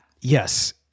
yes